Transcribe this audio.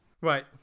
Right